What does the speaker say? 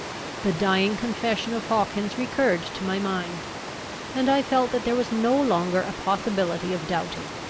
the dying confession of hawkins recurred to my mind and i felt that there was no longer a possibility of doubting.